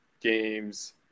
games